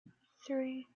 three